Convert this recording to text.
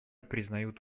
признают